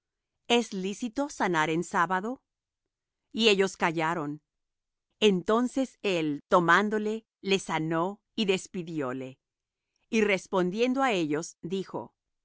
es lícito sanar en sábado y ellos callaron entonces él tomándole le sanó y despidióle y respondiendo á ellos dijo